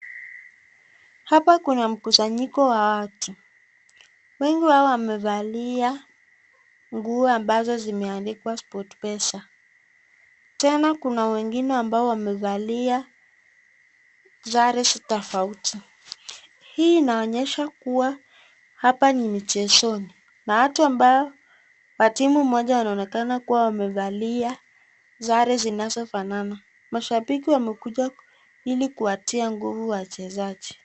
Hapa kuna mkusanyiko wa watu. Wengi wao wamevalia nguo ambazo zimeandikwa SportPesa. Tena kuna wengine ambao wamevalia sare tofauti. Hii inaonyesha kuwa hapa ni mchezoni na watu ambao wa timu moja wanaonekana kuwa wamevalia sare zinzofanana. Mashabiki wamekuja ili kuwatia nguvu wachezaji.